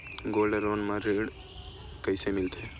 Gold loan म ऋण कइसे मिलथे?